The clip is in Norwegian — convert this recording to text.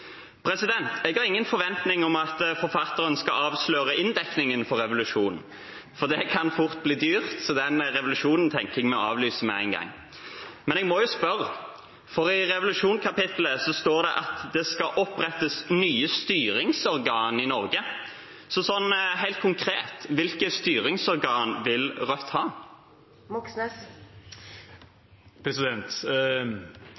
Jeg har ingen forventning om at forfatteren skal avsløre inndekningen for revolusjonen, for det kan fort bli dyrt, så den revolusjonen tenker jeg vi avlyser med en gang. Men jeg må spørre, for i revolusjonskapittelet står det at det skal opprettes nye styringsorgan i Norge, så sånn helt konkret: Hvilke styringsorgan vil Rødt ha?